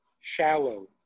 shallow